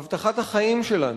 הבטחת החיים שלנו,